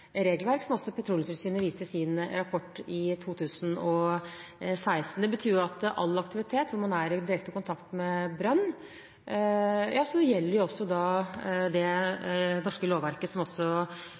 regelverk, som også Petroleumstilsynet viste til i sin rapport i 2016. Det betyr at i all aktivitet hvor man er i direkte kontakt med brønn – ja, så gjelder også det norske lovverket, som også representanten Lundteigen viser til. Så er det